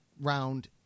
round